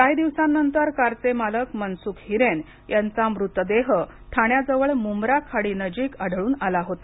काही दिवसांनंतर कारचे मालक मनसुख हिरेन यांचा मृतदेह ठाण्याजवळ मुंब्रा खाडीनजीक आढळून आला होता